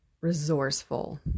resourceful